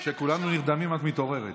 כשכולנו נרדמים את מתעוררת.